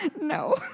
No